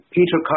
Peter